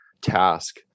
task